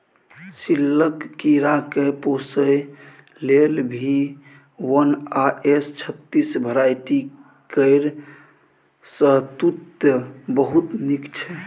सिल्कक कीराकेँ पोसय लेल भी वन आ एस छत्तीस भेराइटी केर शहतुत बहुत नीक छै